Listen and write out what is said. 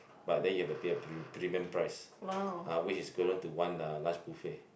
but then you have you have pay premium price uh which is equivalent to one uh lunch buffet